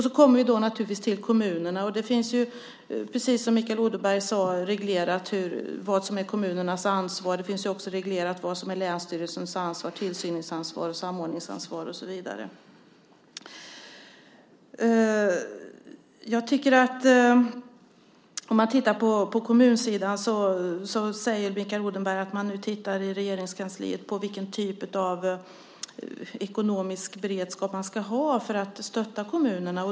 Så kommer vi till kommunerna. Det är, precis som Mikael Odenberg sade, reglerat vad som är kommunernas ansvar. Det finns också reglerat vad som är länsstyrelsens ansvar - tillsynsansvar, samordningsansvar och så vidare. Sett till kommunsidan säger Mikael Odenberg att man i Regeringskansliet nu tittar på vilken typ av ekonomisk beredskap man ska ha för att stötta kommunerna.